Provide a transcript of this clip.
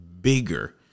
bigger